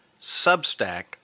substack